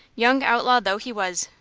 young outlaw though he was,